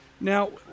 Now